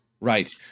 Right